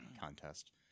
contest